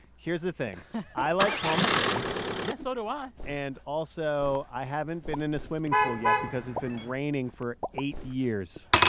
here's the thing i like palm springs yeah. so do i ah and also, i haven't been in a swimming pool yet because it's been raining for eight years,